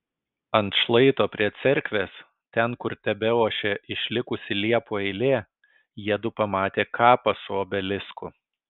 ant šlaito prie cerkvės ten kur tebeošė išlikusi liepų eilė jiedu pamatė kapą su obelisku